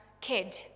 kid